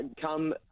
come